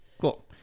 Cool